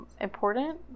important